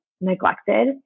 neglected